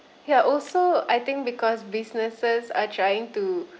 ya also I think because businesses are trying to